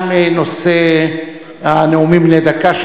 תם נושא הנאומים בני דקה,